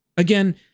Again